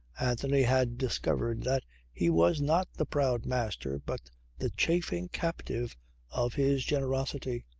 anthony had discovered that he was not the proud master but the chafing captive of his generosity.